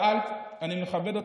שאלת, אני מכבד אותך,